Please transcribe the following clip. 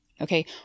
Okay